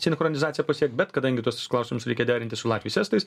sinchronizaciją pasiekt bet kadangi tuos visus klausimus reikia derinti su latviais estais